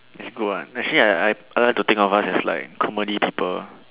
it's good what actually I I like to think of us as like comedy people